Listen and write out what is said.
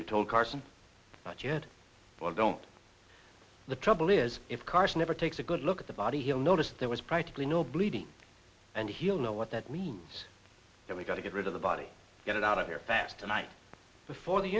you told carson that you had don't the trouble is if carson ever takes a good look at the body he'll notice there was practically no bleeding and he'll know what that means that we've got to get rid of the body get it out of here fast tonight before the